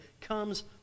comes